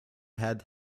had